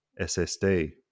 SSD